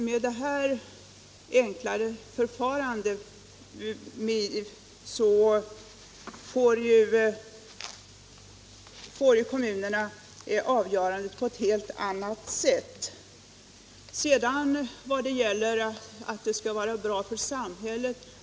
Med det här enklare förfarandet får kommunerna avgörandet i sin hand på ett helt annat sätt.